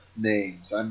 names